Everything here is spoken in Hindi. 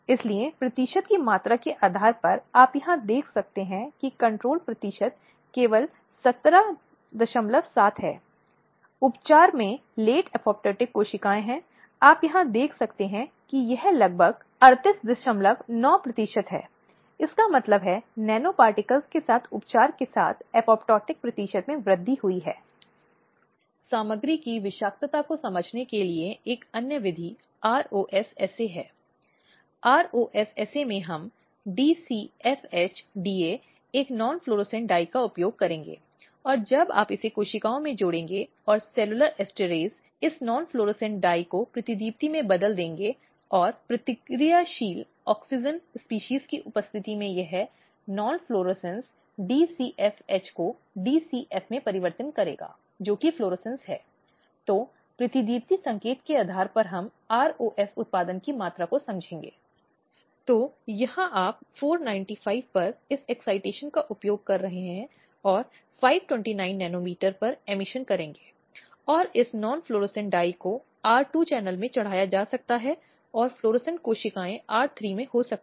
जैसा कि मैंने कहा कि कई अन्य न्यायिक फैसले हैं और अदालतों ने नब्बे के दशक के बाद से महिलाओं के अधिकारों और सम्मान को बनाए रखने के लिए सही हस्तक्षेप किया है और ऐसे सभी मामलों में अदालत ने यह देखने की कोशिश की है कि फ़ैसलों के माध्यम से इन अपराधों के संबंध में सामाजिक धारणा में समग्र सुधार हो सकता है साथ ही उन्हें दी जाने वाली कानूनी सुरक्षा प्रभावी है और महिला के अधिकारों और कारणों का बेहतर पालन हो सकता है